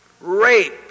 rape